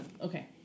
Okay